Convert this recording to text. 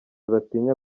batinya